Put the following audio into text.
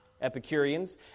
Epicureans